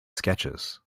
sketches